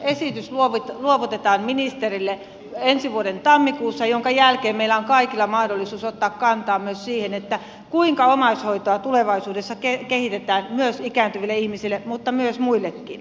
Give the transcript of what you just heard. tämä kokonaisuudistusesitys luovutetaan ministerille ensi vuoden tammikuussa jonka jälkeen meillä on kaikilla mahdollisuus ottaa kantaa myös siihen kuinka omaishoitoa tulevaisuudessa kehitetään myös ikääntyville ihmisille mutta myös muillekin